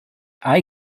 eye